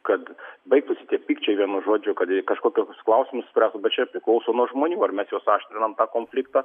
kad baigtųsi tie pykčiai vienu žodžiu kad kažkokius klausimus spręstų bet čia priklauso nuo žmonių ar mes juos aštrinam tą konfliktą